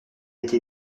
été